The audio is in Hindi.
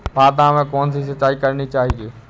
भाता में कौन सी सिंचाई करनी चाहिये?